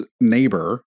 neighbor